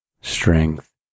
strength